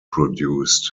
produced